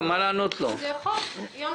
זה חוק.